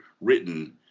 written